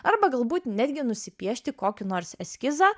arba galbūt netgi nusipiešti kokį nors eskizą